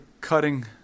cutting